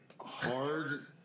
Hard